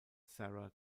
sarah